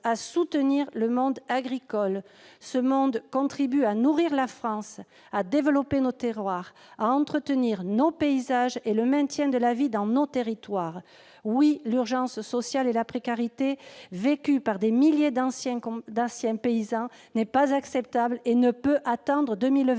à soutenir le monde agricole. Ce monde contribue à nourrir la France, à développer nos terroirs, à entretenir nos paysages et à maintenir la vie dans nos territoires. Oui, l'urgence sociale et la précarité vécue par des milliers d'anciens paysans ne sont pas acceptables et ne peuvent attendre 2020.